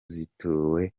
zituwe